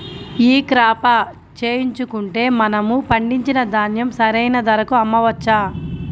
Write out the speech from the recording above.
ఈ క్రాప చేయించుకుంటే మనము పండించిన ధాన్యం సరైన ధరకు అమ్మవచ్చా?